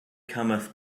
cometh